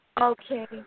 Okay